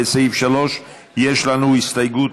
יש לנו הסתייגות